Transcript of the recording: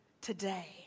today